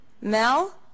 Mel